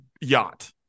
yacht